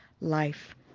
life